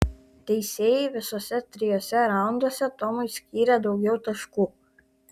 teisėjai visuose trijuose raunduose tomui skyrė daugiau taškų